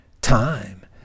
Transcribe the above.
time